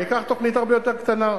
ניקח תוכנית הרבה יותר קטנה,